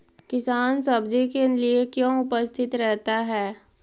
किसान सब्जी के लिए क्यों उपस्थित रहता है?